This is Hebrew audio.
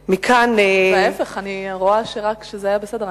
ההיפך, אני רואה רק שזה בסדר.